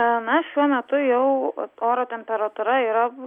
na šiuo metu jau oro temperatūra yra